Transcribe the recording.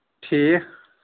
ٹھیٖک